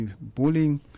bullying